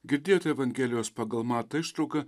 girdėjote evangelijos pagal matą ištrauką